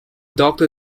doctor